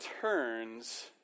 turns